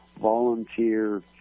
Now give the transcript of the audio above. volunteer